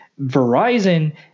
Verizon